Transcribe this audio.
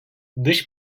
dış